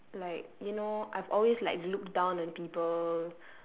like you know I've always like looked down on people